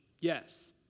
Yes